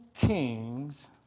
Kings